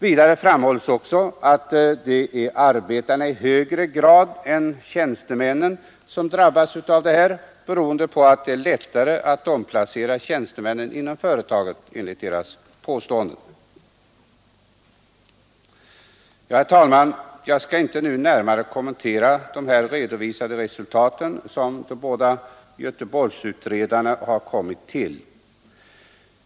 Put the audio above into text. Vidare framhålls att det drabbar arbetarna i högre grad än tjänstemännen, då dessa är lättare att omplacera inom företaget. Herr talman! Jag skall inte nu närmare kommentera de här redovisade resultat som de båda Göteborgsutredarna har kommit till.